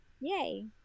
Yay